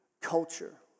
culture